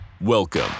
Welcome